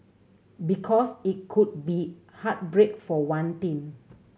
because it could be heartbreak for one team